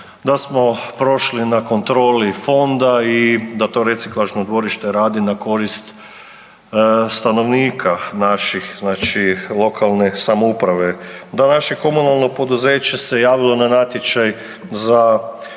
da smo prošli na kontroli Fonda i da to reciklažno dvorište radi na korist stanovnika naših, znači lokalne samouprave. Da naše komunalno poduzeće se javilo na natječaj za